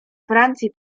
francji